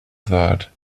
thought